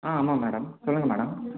ஆ ஆமாம் மேடம் சொல்லுங்கள் மேடம்